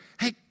hey